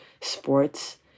sports